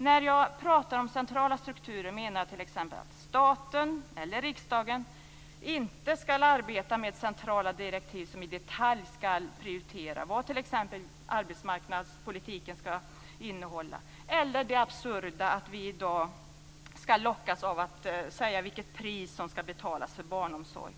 När jag pratar om centrala strukturer menar jag t.ex. att staten eller riksdagen inte skall arbeta med centrala direktiv som i detalj skall prioritera vad t.ex. arbetsmarknadspolitiken skall innehålla. Det gäller också det absurda i att vi i dag lockas att besluta vilket pris som skall betalas för barnomsorg.